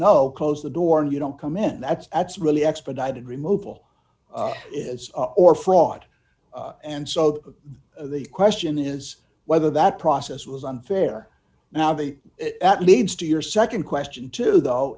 no close the door and you don't come in that's that's really expedited removal is or fraud and so the question is whether that process was unfair now the leads to your nd question too though